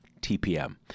TPM